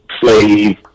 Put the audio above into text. Slave